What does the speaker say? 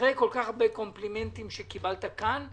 אחרי כל כך הרבה קומפלימנטים שקיבלת כאן,